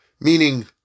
Meaning